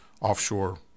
offshore